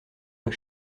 pas